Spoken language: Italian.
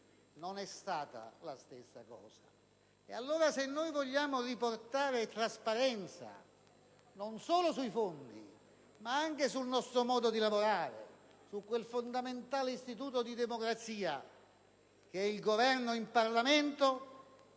non è stata la stessa cosa. Noi vogliamo riportare trasparenza, non solo sui fondi, ma anche sul nostro modo di lavorare, su quel fondamentale istituto di democrazia che è il Governo in Parlamento.